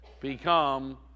become